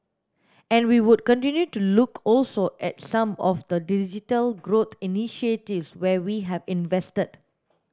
and we would continue to look also at some of the digital growth initiatives where we have invested